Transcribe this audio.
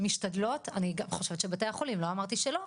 משתדלות, אני גם חושבת שבתי החולים, לא אמרתי שלא,